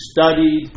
studied